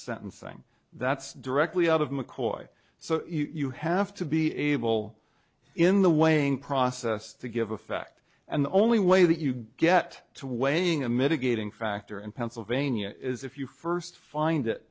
sentencing that's directly out of mccoy so you have to be able in the weighing process to give effect and the only way that you get to weighing a mitigating factor in pennsylvania is if you first find